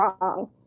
wrong